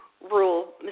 rural